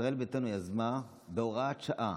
ישראל ביתנו יזמה בהוראת שעה